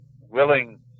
willing